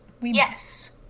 yes